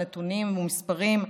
על נתונים ומספרים,